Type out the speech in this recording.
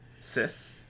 Sis